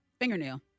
fingernail